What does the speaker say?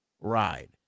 ride